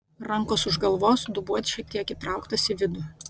rankos už galvos dubuo šiek tiek įtrauktas į vidų